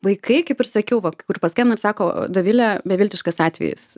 vaikai kaip ir sakiau va kai kur paskambino ir sako dovile beviltiškas atvejis